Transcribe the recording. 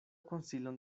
konsilon